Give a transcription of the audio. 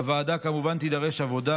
בוועדה, כמובן, תידרש עבודה,